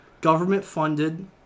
government-funded